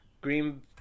green